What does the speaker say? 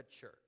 church